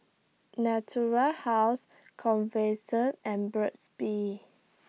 Natura House and Burt's Bee